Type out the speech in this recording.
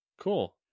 Cool